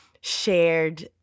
shared